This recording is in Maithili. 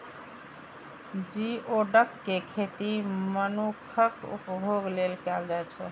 जिओडक के खेती मनुक्खक उपभोग लेल कैल जाइ छै